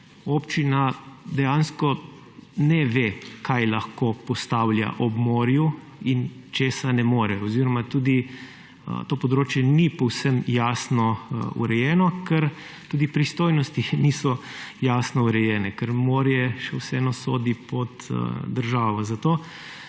občina dejansko ne ve, kaj lahko postavlja ob morju in česa ne more oziroma tudi to področje ni povsem jasno urejeno, ker tudi pristojnosti niso jasno urejene, ker morje še vseeno sodi pod državo. Zato